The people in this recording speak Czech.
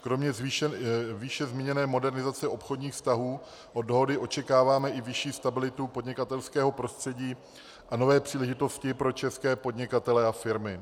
Kromě výše zmíněné modernizace obchodních vztahů od dohody očekáváme i vyšší stabilitu podnikatelského prostředí a nové příležitosti pro české podnikatele a firmy.